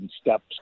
steps